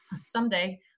someday